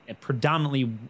predominantly